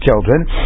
children